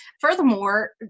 Furthermore